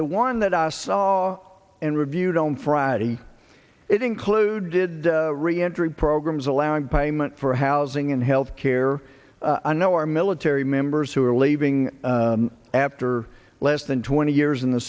the one that i saw and reviewed on friday it included re entry programs allowing payment for housing and health care i know our military members who are leaving after less than twenty years in the